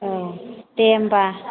औ दे होमबा